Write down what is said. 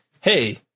hey